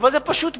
אבל זה פשוט בושה.